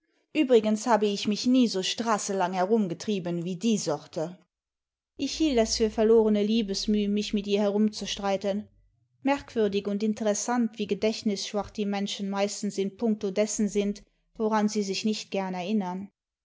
übrigens habe ich mich nie so straßelang herumgetrieben wie die sorte ich hielt es für verlorene liebesmüh mich mit ihr herumzustreiten merkwürdig und interessant wie gedächtnisschwach die menschen meistens in puncto dessen sind woran sie sich nicht gern erinnern